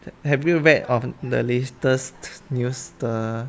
have you read on the latest news the